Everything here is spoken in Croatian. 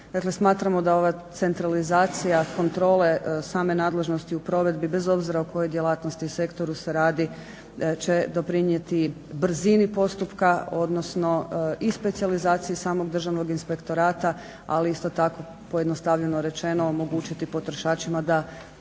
smatramo da ova centralizacija kontrole same nadležnosti u provedbi bez obzira o kojoj djelatnosti i sektoru se radi će doprinijeti brzini postupka, odnosno i specijalizaciji samog Državnog inspektorata, ali isto tako pojednostavljeno rečeno omogućiti potrošačima da